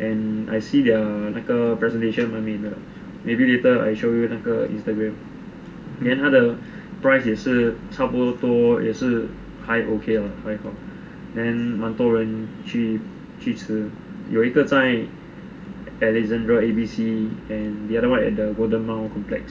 and I see like their presentation 蛮美的 maybe later I show you 那个 Instagram 连他的 price 也是差不多也是还 okay lah then 蛮多人去吃有一个在 alexandra A B C and the other one at the golden mile complex